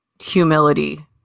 humility